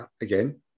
again